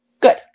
good